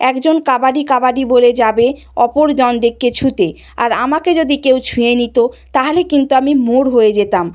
একজন কাবাডি কাবাডি বলে যাবে অপর জন দিকে ছুঁতে আর আমাকে যদি কেউ ছুঁয়ে নিত তা হলে কিন্তু আমি মোর হয়ে যেতাম